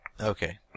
Okay